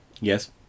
Yes